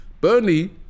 Burnley